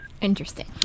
Interesting